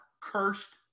cursed